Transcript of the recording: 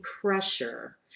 pressure